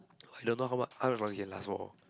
I don't know how much how much one can last for